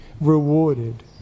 rewarded